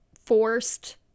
forced